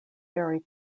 very